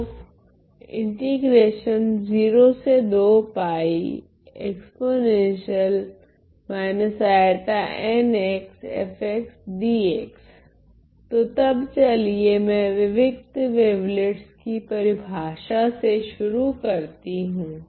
तो तो तब चलिए मैं विविक्त वेवलेट्स कि परिभाषा से शुरू करती हूँ